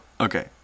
Okay